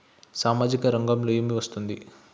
సామాజిక రంగంలో ఏమి వస్తుంది?